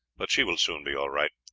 but she will soon be all right.